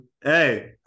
Hey